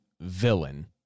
villain